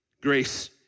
Grace